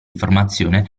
formazione